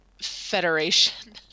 Federation